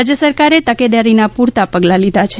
રાજય સરકારે તકેદારીના પૂરતાં પગલાં લીધાં છે